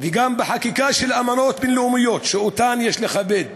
וגם בחקיקה של אמנות בין-לאומיות שאותן יש לכבד.